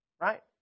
right